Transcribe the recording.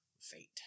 Fate